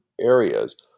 areas